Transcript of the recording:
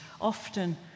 often